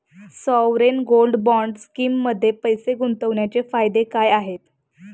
Sovereign gold bond स्कीममध्ये पैसे गुंतवण्याचे फायदे काय आहेत?